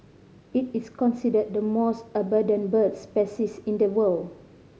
it is considered the most abundant bird species in the world